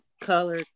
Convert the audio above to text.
color